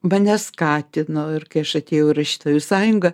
mane skatino ir kai aš atėjau į rašytojų sąjungą